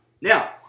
Now